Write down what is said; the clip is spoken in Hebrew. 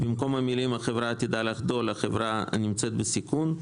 במקום המילים: החברה תדע לחדול החברה הנמצאת בסיכון.